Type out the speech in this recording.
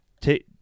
Take